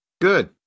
good